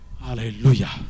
Hallelujah